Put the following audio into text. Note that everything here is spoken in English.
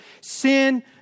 sin